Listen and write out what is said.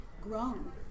grown